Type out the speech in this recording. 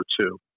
two